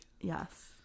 Yes